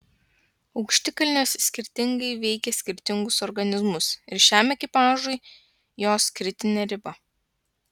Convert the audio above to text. aukštikalnės skirtingai veikia skirtingus organizmus ir šiam ekipažui jos kritinė riba